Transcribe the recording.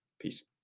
Peace